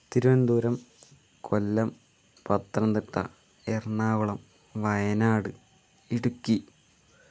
Thiruvananthapuram Kollam Pathanamthitta Ernakulam Wayanad Idukki